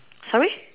sorry